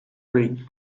green